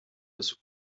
des